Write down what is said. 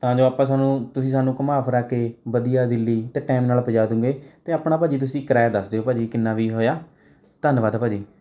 ਤਾਂ ਜੋ ਆਪਾਂ ਸਾਨੂੰ ਤੁਸੀਂ ਸਾਨੂੰ ਘੁੰਮਾ ਫਿਰਾ ਕੇ ਵਧੀਆ ਦਿੱਲੀ ਅਤੇ ਟਾਇਮ ਨਾਲ ਪਹੁੰਚਾ ਦੂੰਗੇ ਅਤੇ ਆਪਣਾ ਭਾਅ ਜੀ ਤੁਸੀਂ ਕਿਰਾਇਆ ਦੱਸ ਦਿਉ ਭਾਅ ਜੀ ਕਿੰਨਾ ਵੀ ਹੋਇਆ ਧੰਨਵਾਦ ਭਾਅ ਜੀ